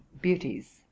Beauties